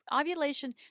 Ovulation